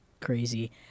crazy